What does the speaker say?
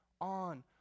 on